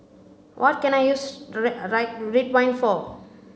what can I use Ridwind for